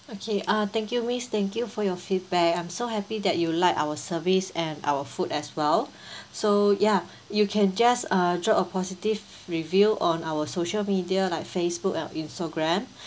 okay uh thank you miss thank you for your feedback I'm so happy that you liked our service and our food as well so ya you can just uh drop a positive review on our social media like Facebook and Instagram